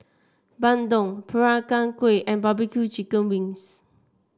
bandung Peranakan Kueh and barbecue Chicken Wings